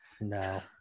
No